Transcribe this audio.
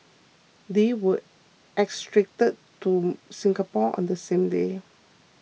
they were extradited to Singapore on the same day